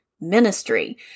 ministry